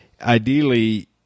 ideally